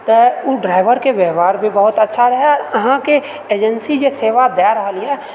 तऽ ओ ड्राइभरके व्यवहार भी बहुत अच्छा रहै अहाँके एजेन्सी जे सेवा दए रहल यऽ